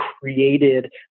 created